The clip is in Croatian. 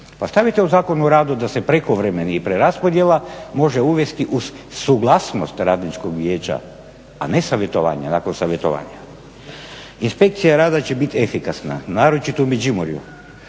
pa stavite u Zakon o radu da se prekovremeni i preraspodjela može uvesti uz suglasnost radničkog vijeća a ne savjetovanja, nakon savjetovanja. Inspekcija rada će biti efikasna naročito u Međimurju